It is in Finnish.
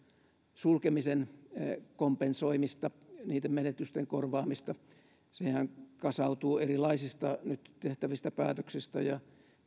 sulkemisen kompensoimista niiden menetysten korvaamista sehän kasautuu erilaisista nyt tehtävistä päätöksistä ja